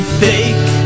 fake